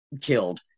killed